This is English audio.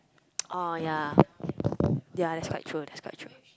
oh ya ya that's quite true that's quite true